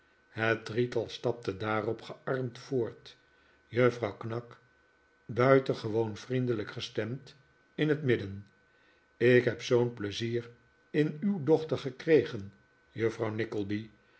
het drietal stapte daarop gearmd voort juffrouw knag buitengewoon vriendejijk gestemd in het midden ik heb zoo'n pleizier in uw dochter gekregen juffrouw